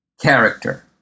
character